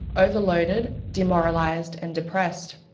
overloaded, demoralised, and depressed.